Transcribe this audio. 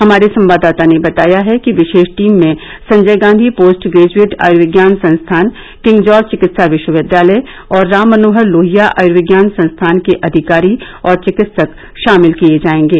हमारे संवाददाता ने बताया है कि विशेष टीम में संजय गांधी पोस्ट ग्रेजुएट आयुर्विज्ञान संस्थान किंग जॉर्ज चिकित्सा विश्वविद्यालय और राम मनोहर लोहिया आयुर्विज्ञान संस्थान के अधिकारी और चिकित्सक शामिल किये जाएगे